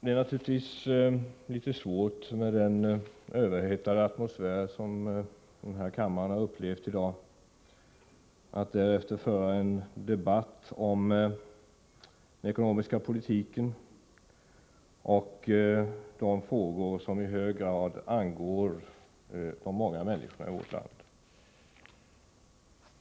Det är naturligtvis litet svårt att efter den överhettade atmosfär som denna kammare i dag har upplevt föra en debatt om den ekonomiska politiken och de frågor som i hög grad angår de många människorna i vårt land.